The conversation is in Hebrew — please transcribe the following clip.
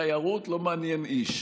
תיירות לא מעניינת איש.